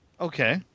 Okay